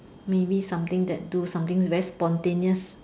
maybe something that do something very spontaneous